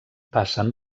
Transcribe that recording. passen